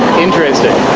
interesting.